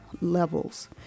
levels